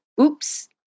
oops